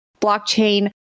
Blockchain